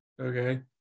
okay